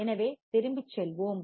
எனவே திரும்பிச் செல்வோம்